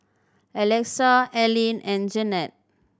Alexa Allyn and Janette